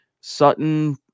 Sutton